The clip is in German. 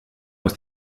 aus